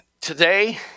Today